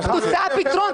התוצאה פתרון.